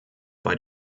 bei